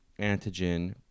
antigen